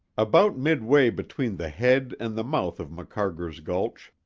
about midway between the head and the mouth of macarger's gulch,